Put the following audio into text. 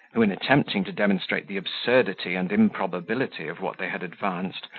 who, in attempting to demonstrate the absurdity and improbability of what they had advanced,